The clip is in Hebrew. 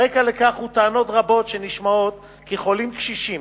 הרקע לכך הן טענות רבות שנשמעות כי חולים קשישים